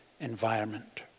environment